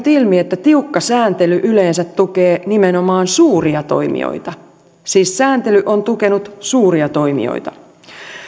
ilmi että tiukka sääntely yleensä tukee nimenomaan suuria toimijoita siis sääntely on tukenut suuria toimijoita